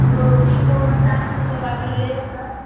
ఇప్పుడు వీవో శాంసంగ్లో వాటిల్లో లేవా సార్